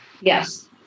Yes